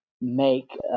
make